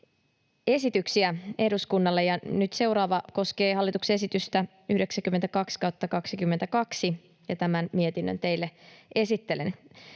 esityksiä eduskunnalle, ja nyt seuraava koskee hallituksen esitystä 92/22, ja tämän mietinnön teille esittelen.